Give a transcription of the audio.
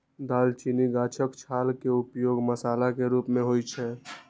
दालचीनी गाछक छाल के उपयोग मसाला के रूप मे होइ छै